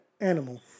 animal